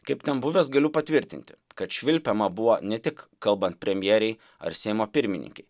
kaip ten buvęs galiu patvirtinti kad švilpiama buvo ne tik kalbant premjerei ar seimo pirmininkei